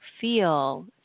feel